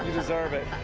deserve it.